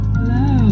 Hello